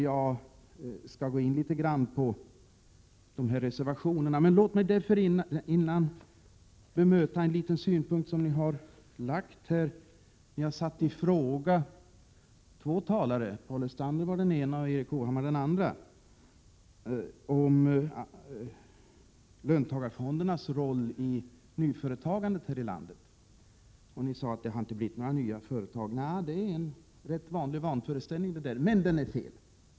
Jag skall något gå in på reservationerna, men låt mig dessförinnan bemöta en liten synpunkt som anförts här i debatten. Två talare — Paul Lestander var den ene, och Erik Hovhammar den andre — har satt i fråga löntagarfondernas roll i nyföretagandet här i landet. Ni sade att det inte har blivit några nya företag. Det är en rätt vanlig föreställning, men den är felaktig.